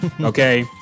Okay